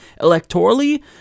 electorally